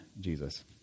Jesus